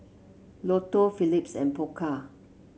Lotto Phillips and Pokka